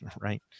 right